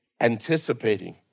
anticipating